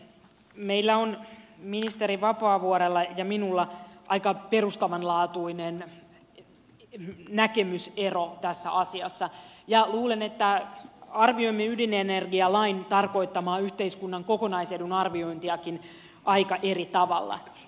meillä on ministeri vapaavuorella ja minulla aika perustavanlaatuinen näkemysero tässä asiassa ja luulen että arvioimme ydinenergialain tarkoittamaa yhteiskunnan kokonaisetuakin aika eri tavalla